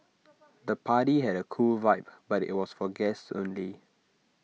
the party had A cool vibe but IT was for guests only